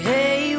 Hey